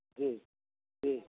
जी जी